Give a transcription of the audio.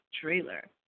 trailer